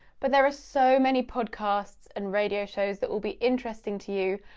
but there are so many podcasts and radio shows that will be interesting to you,